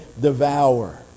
devour